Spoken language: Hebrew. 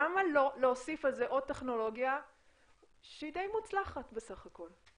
למה לא להוסיף על זה עוד טכנולוגיה שהיא די מוצלחת בסך הכול,